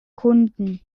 kunden